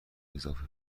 اضافه